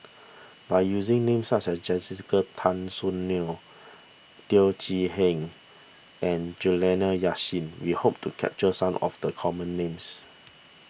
by using names such as Jessica Tan Soon Neo Teo Chee Hean and Juliana Yasin we hope to capture some of the common names